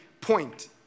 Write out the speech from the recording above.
point